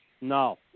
No